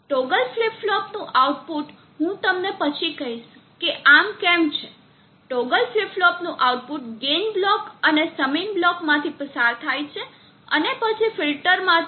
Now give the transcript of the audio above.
toggle flip flop નું output હું તમને પછી કહીશ કે આમ કેમ છે ટોગલ ફ્લિપ ફ્લોપ નું આઉટપુટ ગેઇન બ્લોક અને સમીંગ બ્લોક માંથી પસાર થાય છે અને પછી ફિલ્ટર માંથી